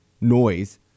noise